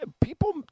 people